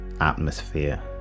atmosphere